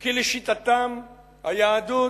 כי לשיטתם היהדות